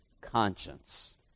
conscience